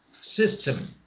system